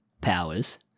powers